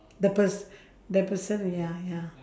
the pers~ the person ya ya